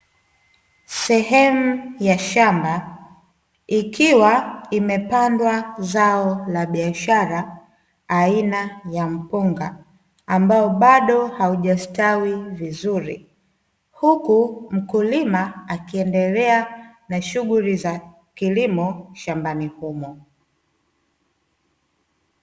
Sehemu ya shamba ikiwa imepandwa zao la biashara aina ya mpunga, ambao bado haujastawi vizuri. Huku mkulima akiendelea na shughuli za kilimo shambani humo.